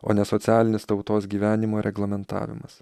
o ne socialinis tautos gyvenimo reglamentavimas